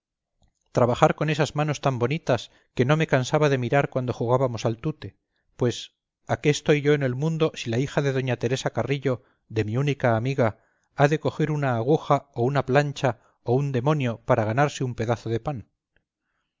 trabajar con esas manos tan bonitas que no me cansaba de mirar cuando jugábamos al tute pues a qué estoy yo en el mundo si la hija de doña teresa carrillo de mi única amiga ha de coger una aguja o una plancha o un demonio para ganarse un pedazo de pan